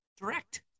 direct